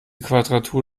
quadratur